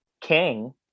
King